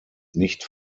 nicht